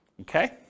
Okay